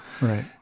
Right